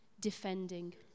defending